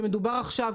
שמדובר עכשיו,